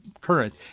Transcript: current